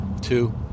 Two